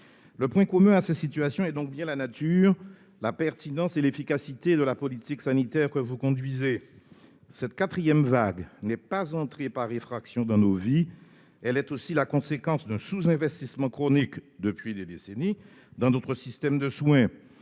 Le point commun à cette situation est donc bien la nature, la pertinence et l'efficacité de la politique sanitaire que vous conduisez. Cette quatrième vague n'est pas entrée par effraction dans nos vies. Elle est aussi la conséquence d'un sous-investissement chronique depuis des décennies dans notre système de soins